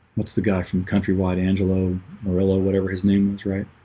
what's the guy from countrywide angelo murillo? whatever his name was right?